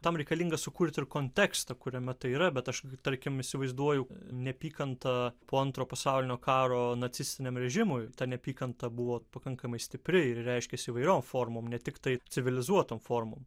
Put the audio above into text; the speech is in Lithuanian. tam reikalinga sukurti ir kontekstą kuriame tai yra bet aš tarkim įsivaizduoju neapykanta po antro pasaulinio karo nacistiniam režimui ta neapykanta buvo pakankamai stipri ir reiškiasi įvairiom formom ne tiktai civilizuotom formom